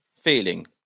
feeling